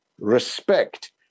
respect